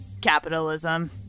Capitalism